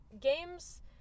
Games